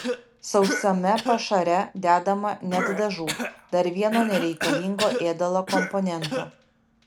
sausame pašare dedama net dažų dar vieno nereikalingo ėdalo komponento